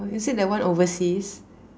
oh is it that one overseas